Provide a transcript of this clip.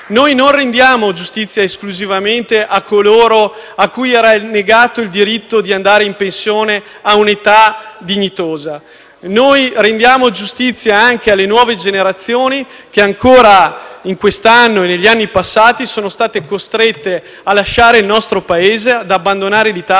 Noi non rendiamo giustizia esclusivamente a coloro a cui è negato il diritto di andare in pensione a un'età dignitosa. Noi rendiamo giustizia anche alle nuove generazioni che ancora in quest'anno e negli anni passati sono state costrette a lasciare il nostro Paese, ad abbandonare l'Italia